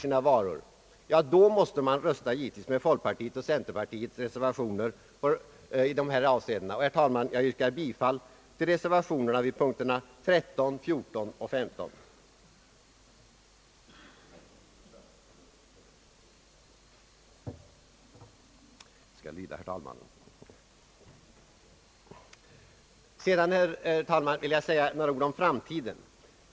Vill man, herr talman, vara säker på allt detta, då måste man rösta med folkpartiets och centerpartiets reservationer i dessa avseenden. Jag kommer, herr talman, att yrka bifall till reservationerna vid punkterna 13, 14 och 15 i statsutskottets utlåtande nr 33. Därefter vill jag, herr talman, anföra något om framtiden.